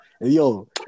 yo